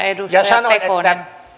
ja sanoin että